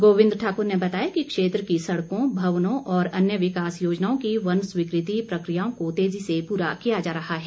गोविंद ठाकुर ने बताया कि क्षेत्र की सड़कों भवनों और अन्य विकास योजनाओं की वन स्वीकृति प्रक्रियाओं को तेजी से पूरा किया जा रहा है